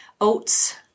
oats